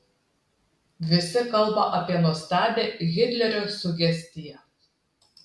visi kalba apie nuostabią hitlerio sugestiją